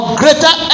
greater